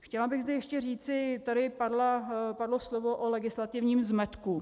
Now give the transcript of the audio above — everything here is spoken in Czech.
Chtěla bych zde ještě říci, tady padlo slovo o legislativním zmetku.